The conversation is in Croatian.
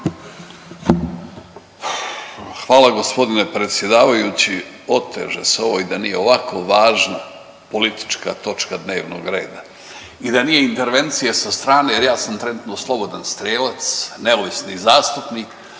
Hvala g. predsjedavajući. Oteže se ovo i da nije ovako važna politička točka dnevnog reda i da nije intervencije sa strane jer ja sam slobodan strijelac, neovisni zastupnik,